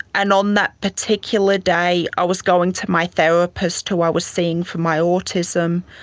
and on that particular day i was going to my therapist who i was seeing for my autism.